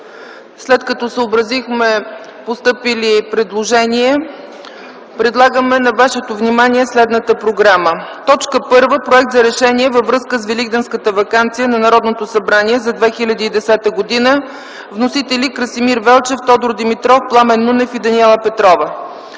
след като съобразихме постъпилите предложения, предлагаме на вашето внимание следната програма: 1. Проект за решение във връзка с Великденската ваканция на Народното събрание за 2010 г. Вносители: Красимир Велчев, Тодор Димитров, Пламен Нунев и Даниела Петрова.